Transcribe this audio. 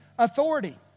Authority